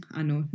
ano